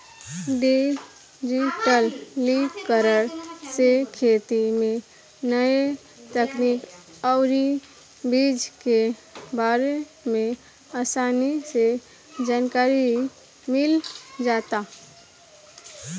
डिजिटलीकरण से खेती में न्या तकनीक अउरी बीज के बारे में आसानी से जानकारी मिल जाता